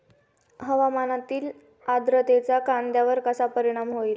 हवामानातील आर्द्रतेचा कांद्यावर कसा परिणाम होईल?